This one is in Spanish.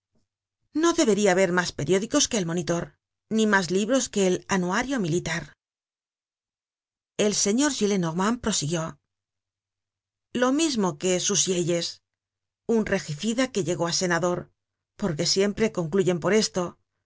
no deberia haber mas periódicos que el monitor ni mas libros que el anuario militar el señor gillenormand prosiguió content from google book search generated at lo mismo que su sieyes un regicida que llegó á senador porque siempre concluyen por esto